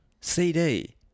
CD